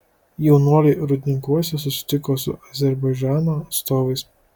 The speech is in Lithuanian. jaunuoliai rūdninkuose susitiko su azerbaidžano atstovais